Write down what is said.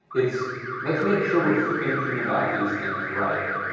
it's let's make sure we're thinking about these things right.